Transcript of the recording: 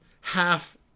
half